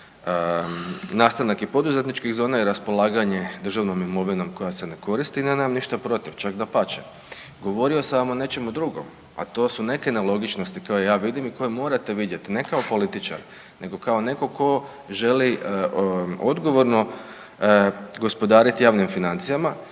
nastanak i poduzetničkih zona i raspolaganje državnom imovinom koja se ne koristi ja nemam ništa protiv čak dapače. Govorio sam vam o nečemu drugom, a to su neke nelogičnosti koje ja vidim, a morate vidjeti ne kao političar neko tko želi odgovorno gospodarit javnim financijama